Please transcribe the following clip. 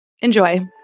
Enjoy